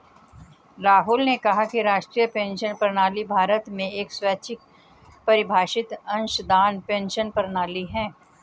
राहुल ने कहा कि राष्ट्रीय पेंशन प्रणाली भारत में एक स्वैच्छिक परिभाषित अंशदान पेंशन प्रणाली है